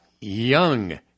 young